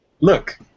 Look